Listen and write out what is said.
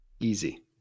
easy